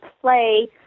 play